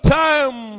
time